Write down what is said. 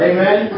Amen